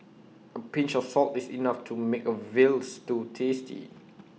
A pinch of salt is enough to make A Veal Stew tasty